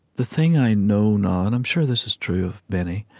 the thing i know now, and i'm sure this is true of many,